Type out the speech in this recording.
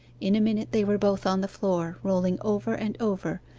in a minute they were both on the floor, rolling over and over,